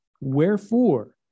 Wherefore